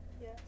Yes